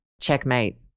Checkmate